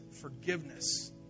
forgiveness